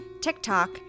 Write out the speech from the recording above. TikTok